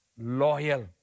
loyal